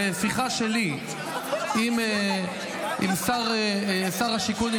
בשיחה שלי עם שר השיכון,